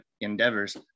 endeavors